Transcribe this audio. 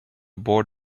board